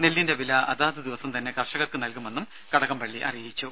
നെല്ലിന്റെ വില അതാത് ദിവസം തന്നെ കർഷകർക്ക് നൽകുമെന്നും കടകംപള്ളി അറിയിച്ചു